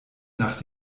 nach